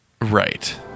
Right